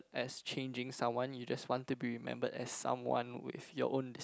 as changing someone you just want to be remembered as someone with your own